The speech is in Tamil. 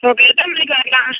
ஓகே எத்தனை மணிக்கு வரலாம்